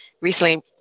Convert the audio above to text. recently